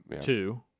Two